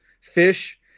fish